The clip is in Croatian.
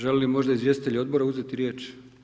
Žele li možda izvjestitelji odbora uzeti riječ?